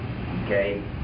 Okay